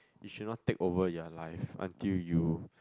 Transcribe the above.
it should not take over your life until you